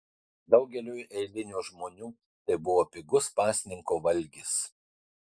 daugeliui eilinių žmonių tai buvo pigus pasninko valgis